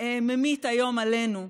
ממיט היום עלינו.